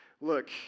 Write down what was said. Look